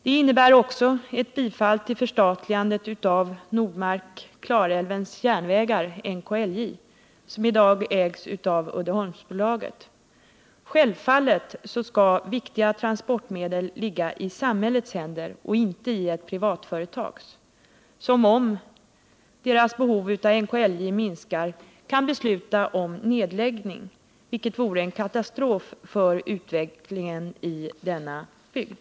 Detta innebär också ett bifall till förstatligandet av Nordmark-Klarälvens Järnvägar, NKLJ, som i dag ägs av Uddeholmsbolaget. Självfallet skall viktiga transportmedel ligga i samhällets händer och inte i ett privatföretags, som — om dess behov av NKLJ minskar — kan besluta om nedläggning, vilket vore en katastrof för utvecklingen i denna bygd.